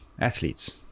athletes